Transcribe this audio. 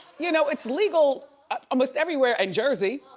you know it's legal almost everywhere in jersey.